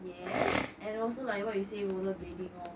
yes and also like what you say rollerblading lor